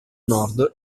nord